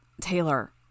Taylor